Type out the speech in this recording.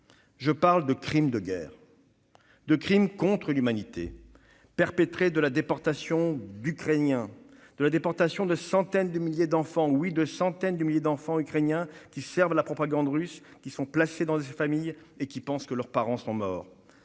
Je parle de crimes de guerre, de crimes contre l'humanité qui ont été perpétrés, de la déportation d'Ukrainiens, de la déportation de centaines de milliers d'enfants- oui, de centaines de milliers d'enfants ukrainiens -, qui servent la propagande russe, qui sont placés dans des familles et qui pensent que leurs parents sont morts.